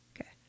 Okay